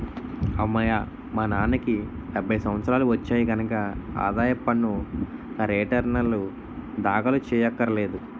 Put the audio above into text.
అమ్మయ్యా మా నాన్నకి డెబ్భై సంవత్సరాలు వచ్చాయి కనక ఆదాయ పన్ను రేటర్నులు దాఖలు చెయ్యక్కర్లేదు